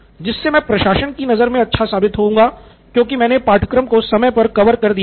जिससे मैं प्रशासन की नजर में अच्छा साबित हो जाऊंगा क्योंकि मैंने पाठ्यक्रम को समय पर कवर कर दिया है